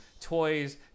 toys